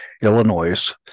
Illinois